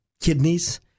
kidneys